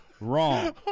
wrong